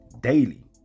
daily